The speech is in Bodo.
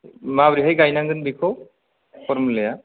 माबोरैहाय गायनांगोन बेखौ फरमुलाया